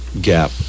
gap